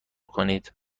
کنید